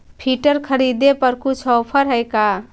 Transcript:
Filter खरिदे पर कुछ औफर है का?